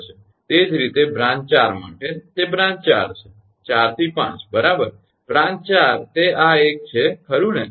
એ જ રીતે બ્રાંચ 4 માટે તે બ્રાંચ 4 છે 4 થી 5 બરાબર બ્રાંચ 4 તે આ એક છેખરુ ને